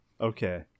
Okay